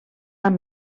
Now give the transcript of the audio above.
amb